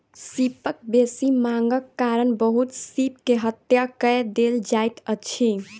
सीपक बेसी मांगक कारण बहुत सीप के हत्या कय देल जाइत अछि